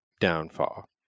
downfall